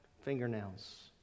fingernails